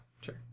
Sure